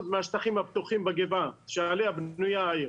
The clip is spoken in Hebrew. מהשטחים הפתוחים בגבעה שעליה בנויה העיר